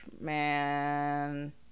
Man